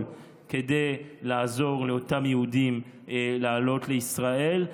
כדי לעזור לאותם יהודים לעלות לישראל,